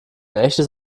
echtes